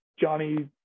Johnny